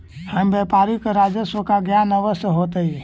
हर व्यापारी को राजस्व का ज्ञान अवश्य होतई